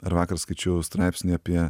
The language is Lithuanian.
ar vakar skaičiau straipsnį apie